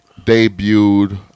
debuted